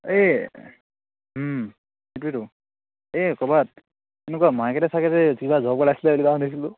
এই সেইটোৱেইটো এই ক'ৰবাত এনেকুৱা মাৰ্কেটে চাৰ্কেটে কিবা জ'ব ওলাইছিলে বুলি কোৱা শুনিছিলোঁ